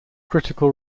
critical